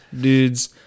dudes